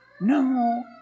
No